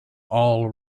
all